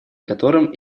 котором